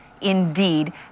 indeed